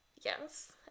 Yes